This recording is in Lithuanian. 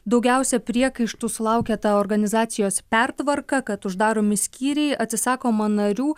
daugiausia priekaištų sulaukė ta organizacijos pertvarka kad uždaromi skyriai atsisakoma narių